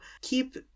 keep